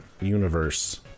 universe